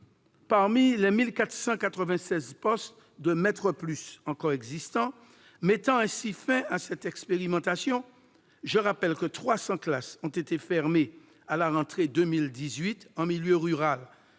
Parmi les 1 496 postes de « maîtres plus » encore existants, ce qui mettrait ainsi fin à cette expérimentation ? Je rappelle que 300 classes ont été fermées à la rentrée de 2018 en milieu rural,